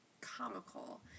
Comical